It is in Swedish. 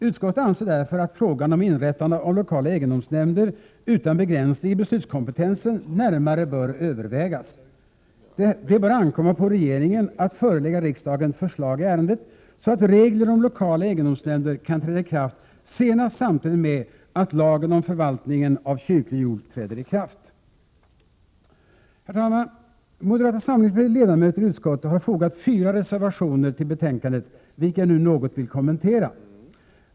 Utskottet anser därför att frågan om inrättande av lokala egendomsnämnder utan begränsning i beslutskompetensen närmare bör övervägas. Det bör ankomma på regeringen att förelägga riksdagen förslag i ärendet, så att regler om lokala egendomsnämnder kan träda i kraft senast samtidigt med att lagen om förvaltningen av kyrklig jord träder i kraft. Herr talman! Moderata samlingspartiets ledamöter i utskottet har fogat fyra reservationer till betänkandet, vilka jag nu något vill kommentera.